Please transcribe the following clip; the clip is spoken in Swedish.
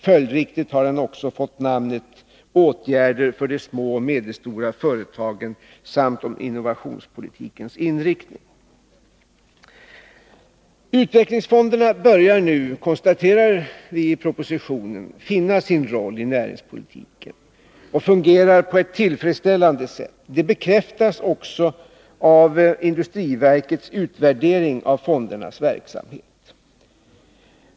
Följdriktigt har den också fått namnet Åtgärder för de små och medelstora företagen samt innovationspolitikens inriktning. Vi konstaterar i propositionen att utvecklingsfonderna nu börjar finna sin roll i näringspolitiken. De fungerar nu på ett tillfredsställande sätt. Det bekräftas också i industriverkets utvärdering av fondernas verksamhet.